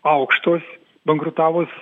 aukštos bankrutavus